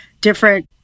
different